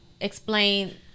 explain